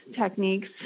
techniques